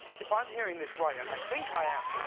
if i am hearing this right, and i think i am,